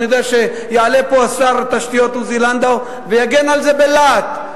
ואני יודע שיעלה פה שר התשתיות עוזי לנדאו ויגן על זה בלהט,